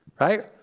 right